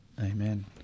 Amen